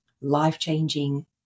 life-changing